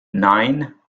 nine